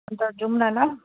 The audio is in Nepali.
अन्त जाउँ न ल